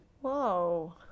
Whoa